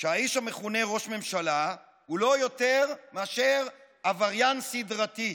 שהאיש המכונה ראש ממשלה הוא לא יותר מאשר עבריין סדרתי.